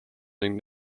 ning